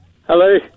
Hello